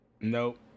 Nope